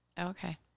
Okay